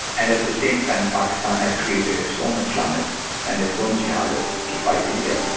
and at the same time, pakistan had created its own islamists and its own jihadists to fight india.